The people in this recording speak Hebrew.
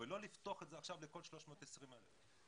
ולא לפתוח את זה עכשיו לכל 320,000 החיילים המשוחררים.